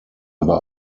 aber